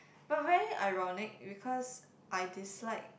but very ironic because I dislike